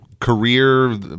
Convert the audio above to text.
career